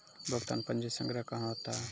भुगतान पंजी संग्रह कहां होता हैं?